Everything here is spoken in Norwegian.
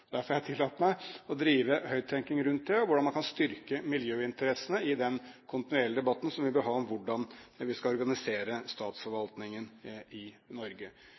Derfor har jeg tillatt meg å drive høyttenkning rundt det og hvordan man kan styrke miljøinteressene i den kontinuerlige debatten som vi vil ha om hvordan vi skal organisere statsforvaltningen i Norge.